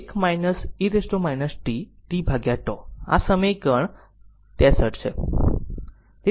તેથી I R સામાન્ય લો 1 e t tτ આ સમીકરણ is 63 છે